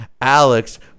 Alex